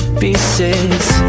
pieces